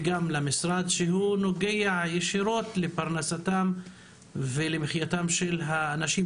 וגם למשרד שנוגע ישירות לפרנסתם ולמחייתם של האנשים,